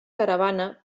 caravana